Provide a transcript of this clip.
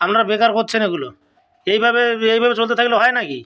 আপনারা বেকার করছেন এগুলো এইভাবে এইভাবে চলতে থাকলে হয় নাকি